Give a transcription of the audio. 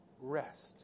rest